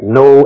no